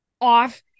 off